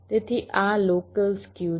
તેથી આ local skew છે